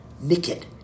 naked